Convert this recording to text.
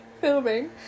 Filming